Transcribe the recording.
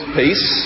peace